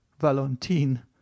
Valentine